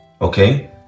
okay